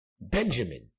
Benjamin